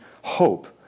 hope